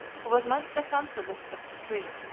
who was much the handsomest of the three,